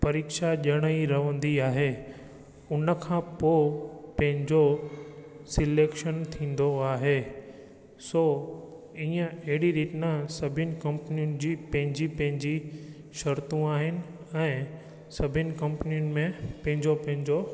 परीक्षा ॾियण जी रहंदी आहे हुन खां पोइ पंहिंजो सिलेक्शन थींदो आहे सो इअं अहिड़ी रीत ना सभिनी कंपनियुनि जी पंहिंजी पंहिंजी शर्तू आहिनि ऐं सभिनी कंपनियुनि में पंहिंजो पंहिंजो